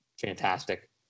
fantastic